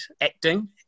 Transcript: acting